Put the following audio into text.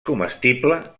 comestible